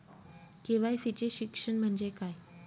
KYC चे शिक्षण म्हणजे काय?